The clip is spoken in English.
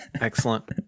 Excellent